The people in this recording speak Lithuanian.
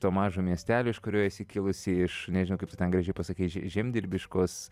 to mažo miestelio iš kurio esi kilusi iš nežinau kaip tu ten gražiai pasakiai že žemdirbiškos